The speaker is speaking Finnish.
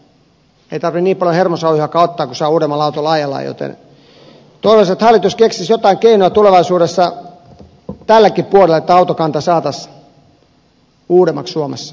ei tarvitse niin paljon hermosauhujakaan ottaa kun saa uudemmalla autolla ajella joten toivoisin että hallitus keksisi joitain keinoja tulevaisuudessa tällekin puolelle että autokanta saataisiin uudemmaksi suomessa